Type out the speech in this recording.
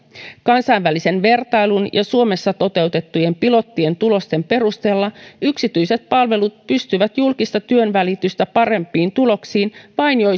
kansainvälisen vertailun ja suomessa toteutettujen pilottien tulosten perusteella yksityiset palvelut pystyvät julkista työnvälitystä parempiin tuloksiin vain